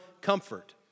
comfort